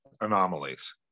anomalies